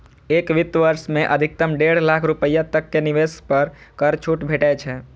एक वित्त वर्ष मे अधिकतम डेढ़ लाख रुपैया तक के निवेश पर कर छूट भेटै छै